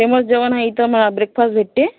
famous जेवण आहे इथं मग ब्रेकफास्ट भेटते